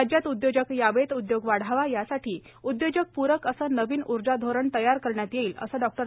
राज्यात उद्योजक यावेत उद्योग वाढावा यासाठी उद्योजकपूरक असे नवीन ऊर्जा धोरण तयार करण्यात येईल असे डों